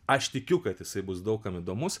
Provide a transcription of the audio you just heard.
aš tikiu kad jisai bus daug kam įdomus